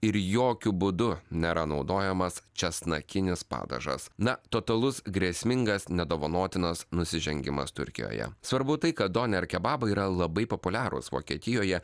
ir jokiu būdu nėra naudojamas česnakinis padažas na totalus grėsmingas nedovanotinas nusižengimas turkijoje svarbu tai kad doner kebabai yra labai populiarūs vokietijoje